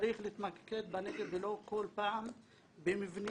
צריך להתמקד בנגב ולא כל פעם במבנים.